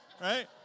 right